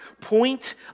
point